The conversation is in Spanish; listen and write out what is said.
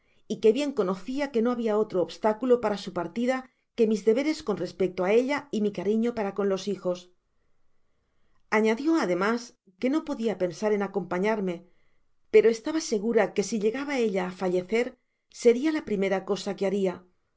y que bien conocia que no habia otro obstáculo para su partida que mis deberes con respecto á ella y mi cariño para con los hijos añadió ademas que no podia pensar en acompañarme pero estaba segura que si llegaba ella á fallecer seria la primera cosa que haria